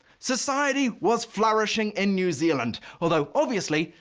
society was flourishing in new zealand. although, obviously,